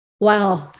wow